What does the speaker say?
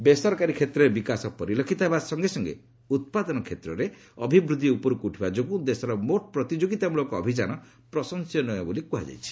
ବେସରକାରୀ କ୍ଷେତ୍ରରେ ବିକାଶ ପରିଲକ୍ଷିତ ହେବା ସଙ୍ଗେ ସଙ୍ଗେ ଉତ୍ପାଦନ କ୍ଷେତ୍ରରେ ଅଭିବୃଦ୍ଧି ଉପରକୁ ଉଠିବା ଯୋଗୁଁ ଦେଶର ମୋଟ ପ୍ରତିଯୋଗିତାମୂଳକ ଅଭିଯାନ ପ୍ରଶଂସନୀୟ ବୋଲି କୃହାଯାଇଛି